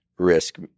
risk